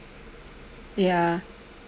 ya